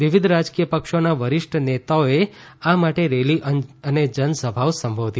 વિવિધ રાજકીય પક્ષોના વરિષ્ઠ નેતાઓએ આ માટે રેલી અને જનસભાઓ થોજી